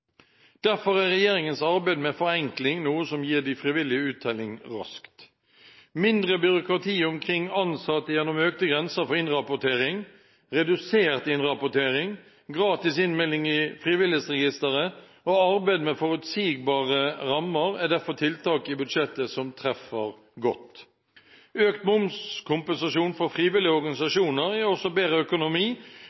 Derfor er regjeringens arbeid med forenkling noe som gir de frivillige uttelling raskt. Mindre byråkrati omkring ansatte gjennom økte grenser for innrapportering, redusert innrapportering, gratis innmelding i Frivillighetsregisteret og arbeid med forutsigbare rammer er derfor tiltak i budsjettet som treffer godt. Økt momskompensasjon for frivillige